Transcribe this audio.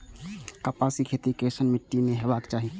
कपास के खेती केसन मीट्टी में हेबाक चाही?